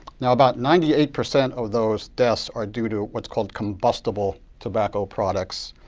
now about ninety eight percent of those deaths are due to what's called combustible tobacco products,